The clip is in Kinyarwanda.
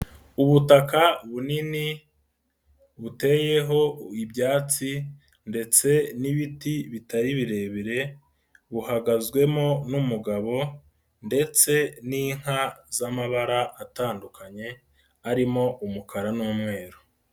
Ubutaka bunini buteyeho ibyatsi ndetse n'ibiti bitari birebire, buhagazwemo n'umugabo ndetse n'inka z'amabara atandukanye, arimo umukara n'umweru.